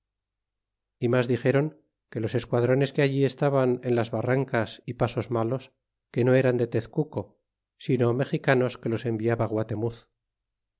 y mas dixeron que los esquadrones que alli estaban en las barrancas y pasos malos que no eran de tezenco sino mexicanos que los enviaba guaternitz